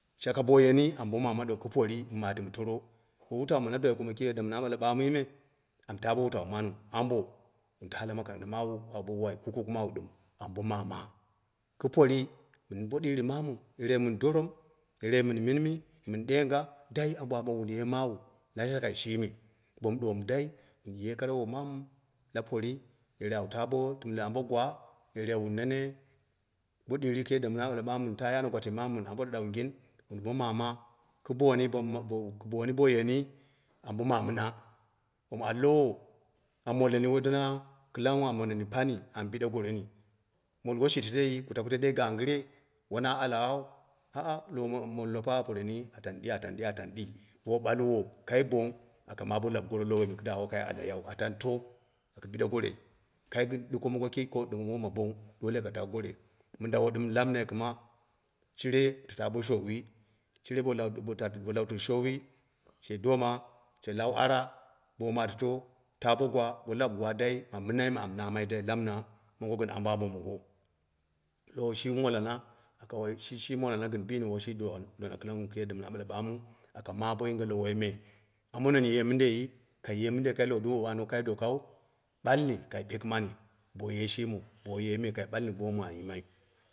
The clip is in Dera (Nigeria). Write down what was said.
Shaka bo yini amu bo mam a ɗo ki pori mu matima toro. Min wutau ma na dulai kumo kiim na ɓala ɓaamui me. Amu ta bo wa utau mamu, ambo ɗɨm wun ta bo makaranta mawawu bo wai kukuku mawa ɗɨm. Amu bo mama ki poori mɨn bo ɗiiri mamu mɨn dorom yerei mɨn minni min ɗeenga dai ambo ambo wun ye woma la shakai shimi mi domo ɗuwomu mɨn ya kara womamu dai, la poori, yerei awu ta bo timne ambo gwa, yerei wun nene bo ɗirikiim yanda na ɓale ɓamu, yerei minta yi ambo gwatin mamu min mɨn ambo ɗaɗaubgb wub bo mama ki booni ki bon mɨ kɨ bo booni bo yeni amu bo ma mina, bo al lowo a monene, woi matin kil angnghu, amu biɗe goreni molwo shi tandei? Ku taka tunde gangiri, wana alawau, ah mollofa a tani ɗi ata ɗii bo wu ɗalwo kai bong aka ma bo labgoro lowoi kiduwa wakai alayan atan atanito aka biɗe goroi, aka ma bo law goro lowoi mi kɨda wokai aly kai gɨn ɗuko mong ki ɗuko mo bong dole ka taa goreni, mindawo lammai kima, shire ata ta bo shoowi, shire ba labturu shoowi she dooma sh labtiru ara bo matito to ta bo gwa bo la puwa da ma mina, mina mi am u namai da la mina gɨn ambo mongo lowo mɨ shi monana aka wamai shi shi woi shi dona kɨl angnghu, aka ma boyinge lowoi me. moneni yi mɨndei? Kai ye minde dumbo ɗamu wokai ɗokau. ɗalli kai pekimani ba ye shimi kai aka wom an jimmari